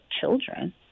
children